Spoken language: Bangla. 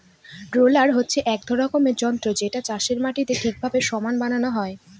রোলার হচ্ছে এক রকমের যন্ত্র যেটাতে চাষের মাটিকে ঠিকভাবে সমান বানানো হয়